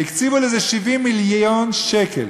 והקציבו לזה 70 מיליון שקל,